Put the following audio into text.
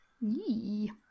Yee